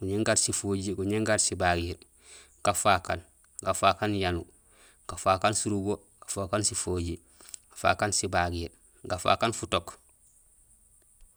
guñéén gaat sifojiir, guñéén gaat sibagiir, gafaak aan, gafak aan niyanuur, gafaak aan surubo, gafaak aan sifojiir, gafaak aan sibagiir, gafaak aan futook.ng gurubo futook, gafang gurubo futook niyanuur, gafang gurubo futook surubo, gafang gurubo futook sifojiir, gafang gurubo futook sibagiir, gafang gurubo guñéén.